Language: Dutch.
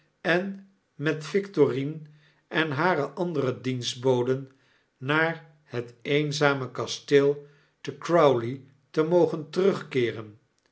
en met victorine en hare andere dienstboden naar het eenzame kasteel te crowley te mogen terugkeeren